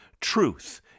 truth